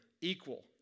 equal